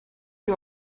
you